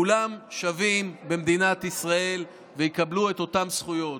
כולם שווים במדינת ישראל ויקבלו את אותן זכויות.